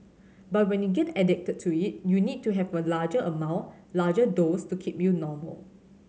but when you get addicted to it you need to have a larger amount larger dose to keep you normal